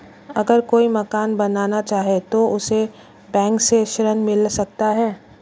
अगर कोई मकान बनाना चाहे तो उसे बैंक से ऋण मिल सकता है?